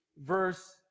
verse